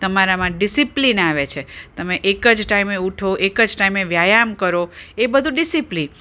તમારામાં ડિસિપ્લિન આવે છે તમે એકજ ટાઈમે ઉઠો એકજ ટાઈમે વ્યાયામ કરો એ બધું ડિસિપ્લિ